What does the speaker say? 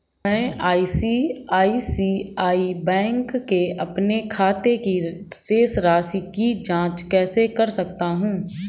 मैं ICICI bank के अपने खाते की शेष राशि की जाँच कैसे कर सकता हूँ?